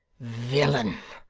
villain!